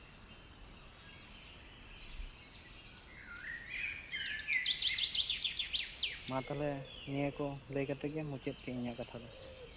ᱢᱟ ᱛᱟᱦᱚᱞᱮ ᱱᱤᱭᱟᱹ ᱠᱚ ᱞᱟᱹᱭ ᱠᱟᱛᱮᱫ ᱜᱮ ᱢᱩᱪᱟᱹᱫ ᱠᱮᱫ ᱟᱹᱧ ᱤᱧᱟᱹᱜ ᱠᱟᱛᱷᱟ ᱫᱚ